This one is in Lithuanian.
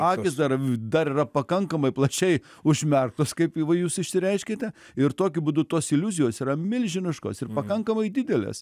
akys dar dar yra pakankamai plačiai užmerktos kaip jūs išsireiškėte ir tokiu būdu tos iliuzijos yra milžiniškos ir pakankamai didelės